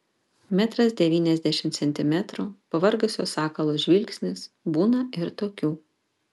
metras devyniasdešimt centimetrų pavargusio sakalo žvilgsnis būna ir tokių